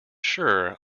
sure